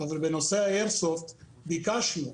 אבל בנושא האיירסופט ביקשנו,